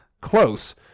close